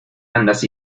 andas